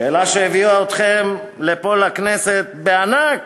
שאלה שהביאה אתכם לפה, לכנסת, בענק.